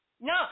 No